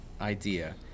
idea